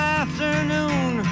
afternoon